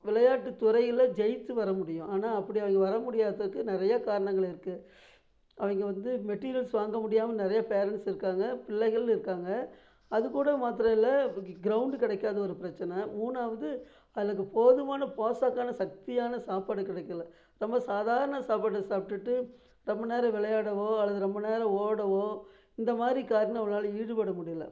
விளையாட்டுத்துறையில் ஜெயித்து வர முடியும் ஆனால் அப்படி அவங்க வர முடியாததக்கு நிறைய காரணங்கள் இருக்குது அவங்க வந்து மெட்டீரியல்ஸ் வாங்க முடியாமல் நிறைய பேரன்ட்ஸ் இருக்காங்க பிள்ளைகளும் இருக்காங்க அதுக்கூட மாத்திரம் இல்லை கிரௌண்டு கிடைக்காது ஒரு பிரச்சனை மூணாவது அதுக்கு போதுமான போஷாக்கான சக்தியான சாப்பாடு கிடைக்கலை ரொம்ப சாதாரண சாப்பாடை சாப்பிடுட்டு ரொம்ப நேரம் விளையாடவோ அல்லது ரொம்ப நேரம் ஓடவோ இந்த மாதிரி காரணோம் அவங்களால ஈடுபட முடியல